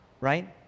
Right